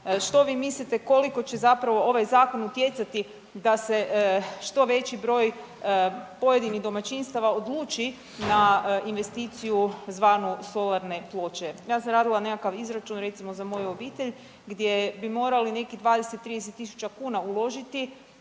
što vi mislite koliko će zapravo ovaj zakon utjecati da se što veći broj pojedinih domaćinstava odluči na investiciju zvanu solarne ploče? Ja sam radila nekakav izračun recimo za moju obitelj gdje bi morali nekih 20-30.000 kuna uložiti